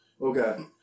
Okay